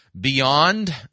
Beyond